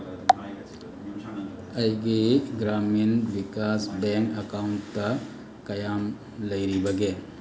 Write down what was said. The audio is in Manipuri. ꯑꯩꯒꯤ ꯒ꯭ꯔꯥꯃꯤꯟ ꯚꯤꯀꯥꯁ ꯕꯦꯡ ꯑꯦꯀꯥꯎꯟꯗ ꯀꯌꯥꯝ ꯂꯩꯔꯤꯕꯒꯦ